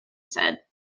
said